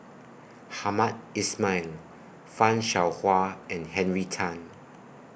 Hamed Ismail fan Shao Hua and Henry Tan